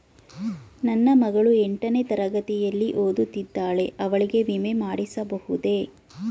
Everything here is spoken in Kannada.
ನನ್ನ ಮಗಳು ಎಂಟನೇ ತರಗತಿಯಲ್ಲಿ ಓದುತ್ತಿದ್ದಾಳೆ ಅವಳಿಗೆ ವಿಮೆ ಮಾಡಿಸಬಹುದೇ?